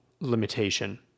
limitation